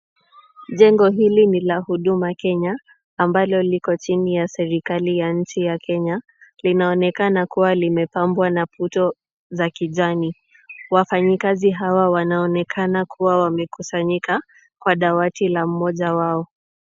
Jengo hili ni la Huduma Kenya ambalo liko chini ya serikali ya nchi ya Kenya. Linaonekana kuwa limepambwa na puto za kijani. Wafanyikazi hawa wanaonekana kuwa wamekusanyika kwa dawati la mmoja wao.